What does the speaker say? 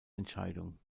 entscheidung